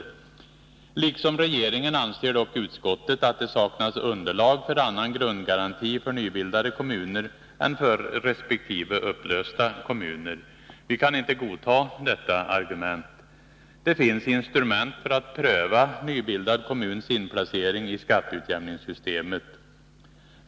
Liksom regeringen anser dock utskottet att,» m. det saknas underlag för annan grundgaranti för nybildade kommuner än för resp. upplösta kommuner. Vi kan inte godta detta argument. Det finns instrument för att pröva nybildad kommuns inplacering i skatteutjämningssystemet.